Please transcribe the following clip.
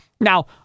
Now